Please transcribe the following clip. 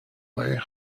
way